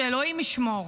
שאלוהים ישמור.